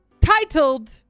Titled